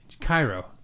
Cairo